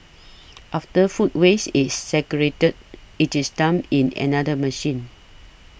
after food waste is segregated it is dumped in another machine